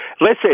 listen